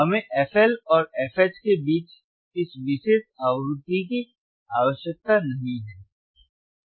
हमें fL और fH के बीच इस विशेष आवृत्ति की आवश्यकता नहीं है